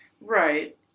Right